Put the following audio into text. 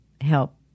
help